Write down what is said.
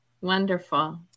Wonderful